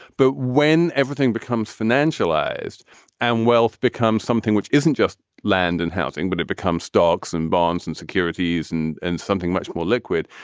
but when everything becomes financial ised and wealth becomes something which isn't just land and housing, but it becomes stocks and bonds and securities and and something much more liquid,